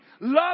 love